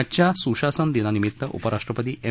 आजच्या सुशासन दिनानिमित्त उपराष्ट्रपती एम